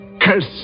cursed